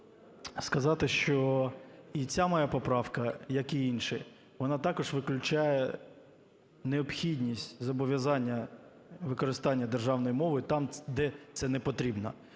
сказати, що і ця моя поправка, як і інша, вона також виключає необхідність зобов'язання використання державної мови там, де це непотрібно.